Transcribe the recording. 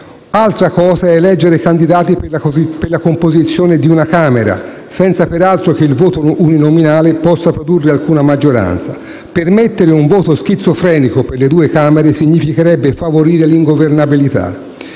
altra cosa è eleggere candidati per la composizione di una Camera, senza peraltro che il voto uninominale possa produrre alcuna maggioranza. Permettere un voto schizofrenico per le due Camere significherebbe favorire l'ingovernabilità.